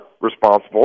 responsible